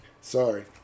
Sorry